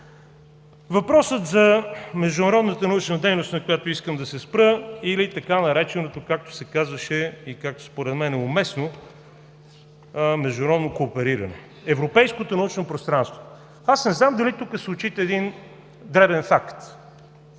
въпроса за международната научна дейност или така нареченото, както се казваше и както според мен е уместно, „международно коопериране“, европейското научно пространство. Не зная дали тук се отчита един дребен факт.